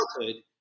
childhood